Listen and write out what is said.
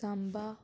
Samba